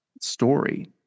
story